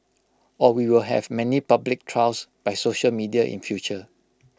or we will have many public trials by social media in future